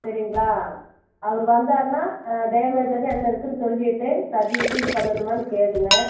சரிங்களா அவர் வந்தாருன்னா டேமேஜ் வந்து என்ன இருக்குன்னு சொல்லிவிட்டு சர்வீஸ் எதுவும் பண்ணணுமான்னு கேளுங்கள்